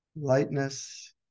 Lightness